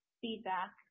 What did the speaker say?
feedback